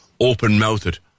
open-mouthed